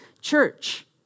church